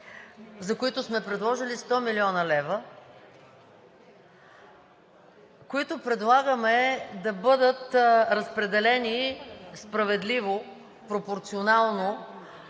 за които сме предложили 100 млн. лв., които предлагаме да бъдат разпределени справедливо, пропорционално,